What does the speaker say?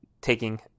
taking